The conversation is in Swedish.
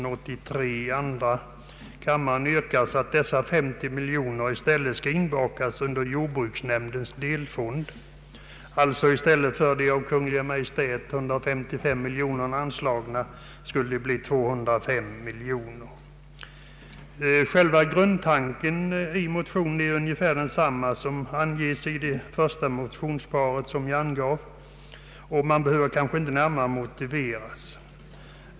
I motionerna föreslås alltså att till denna delfond anslås 205 miljoner kronor i stället för 155 miljoner kronor enligt Kungl. Maj:ts förslag. Själva grundtanken i motionerna är ungefär densamma som i det första motionspar jag nämnde och behöver kanske inte närmare presenteras.